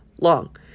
long